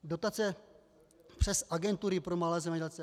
Dotace přes agentury pro malé zemědělce.